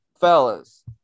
Fellas